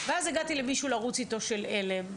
ואז הגעתי ל"לרוץ איתו" של "עלם",